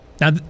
Now